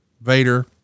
Vader